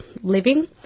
living